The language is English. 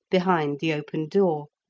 behind the open door.